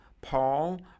Paul